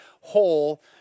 whole